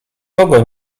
kogo